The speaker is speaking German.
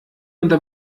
unter